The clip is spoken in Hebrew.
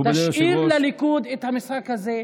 תשאיר לליכוד את המשחק הזה.